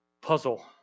puzzle